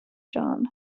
john